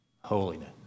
holiness